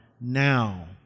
now